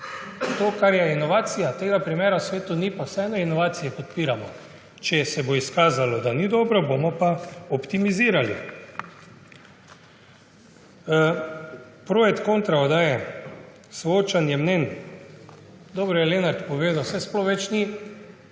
To, kar je inovacija, tega primera v svetu ni, pa vseeno inovacije podpiramo. Če se bo izkazalo, da ni dobro, bomo pa optimizirali. Pro et contra oddaje, soočanja mnenj. Dobro je Lenart povedal, saj sploh ni